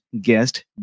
guest